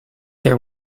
their